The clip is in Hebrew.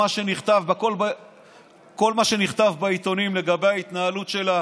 כל מה שנכתב בעיתונים לגבי ההתנהלות שלה